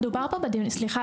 סליחה,